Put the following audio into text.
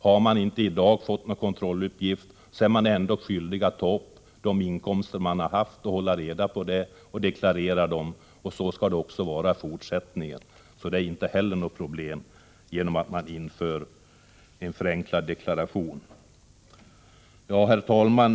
Har man inte fått kontrolluppgift, är man ändå skyldig att ta upp de inkomster man haft, och så skall det vara också i fortsättningen. Inte heller på denna punkt skapas alltså några problem genom införandet av en förenklad deklaration. Herr talman!